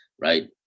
right